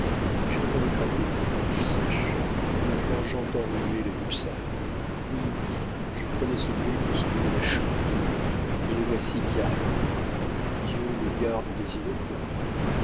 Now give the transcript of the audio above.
j'ai entendu craquer une branche sèche maintenant j'entends remuer les broussailles oui oui je prenais ce bruit pour celui de la chute d'eau mais les voici qui arrivent dieu les garde des